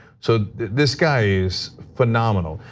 so this guy's phenomenal.